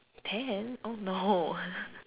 ten oh no